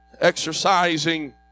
Exercising